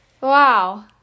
Wow